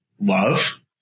love